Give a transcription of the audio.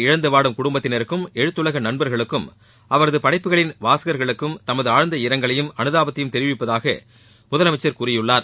இழந்தவாடும் குடும்பத்தினருக்கும் எழுத்துலக நண்பர்களுக்கும் அவரது படைப்புகளின் அவரை வாசகர்களுக்கும் தமது ஆழ்ந்த இரங்கலையும் அனுதாபத்தையும் தெரிவிப்பதாக முதலமைச்சர் கூறியுள்ளார்